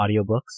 audiobooks